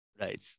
Right